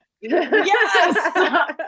yes